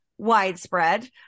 Widespread